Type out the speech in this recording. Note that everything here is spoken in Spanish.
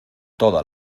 toda